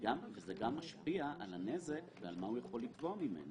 וזה גם משפיע על הנזק ועל מה הוא יכול לתבוע ממני.